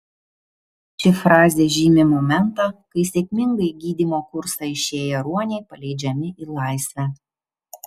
ši frazė žymi momentą kai sėkmingai gydymo kursą išėję ruoniai paleidžiami į laisvę